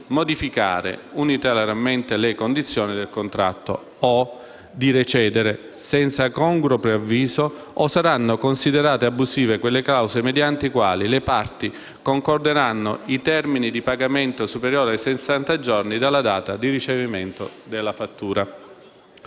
modificare unilateralmente le condizioni del contratto, o di recedere senza congruo preavviso, o saranno considerate abusive quelle clausole mediante le quali le parti concorderanno i termini di pagamento superiori ai sessanta giorni dalla data di ricevimento della fattura.